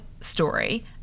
story